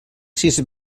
sis